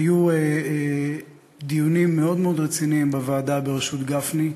היו דיונים מאוד מאוד רציניים בוועדה בראשות גפני,